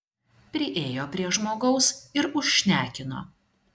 priėjo prie žmogaus ir užšnekino